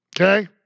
okay